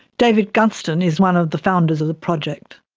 david guston is one of the founders of the project.